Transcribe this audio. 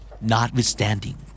Notwithstanding